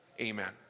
Amen